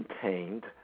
contained